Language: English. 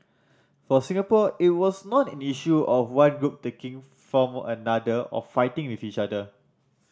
for Singapore it was not an issue of one group taking from another or fighting with each other